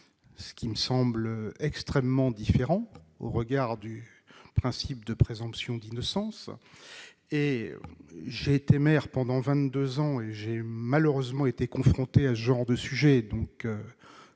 ce qui me semble extrêmement différents, au regard du principe de présomption d'innocence et j'ai été maire pendant 22 ans, et j'ai malheureusement été confronté à genre de sujet,